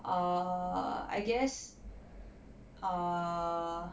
err I guess err